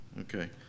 Okay